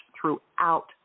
throughout